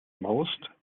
most